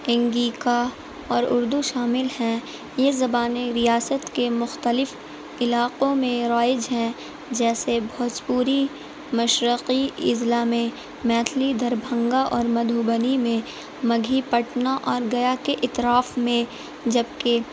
انگیکا اور اردو شامل ہیں یہ زبانیں ریاست کے مختلف علاقوں میں رائج ہیں جیسے بھوجپوری مشرقی اضلاع میں میتھلی دربھنگہ اور مدھوبنی میں مگہی پٹنہ اور گیا کے اطراف میں جبکہ